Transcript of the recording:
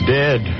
dead